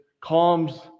calms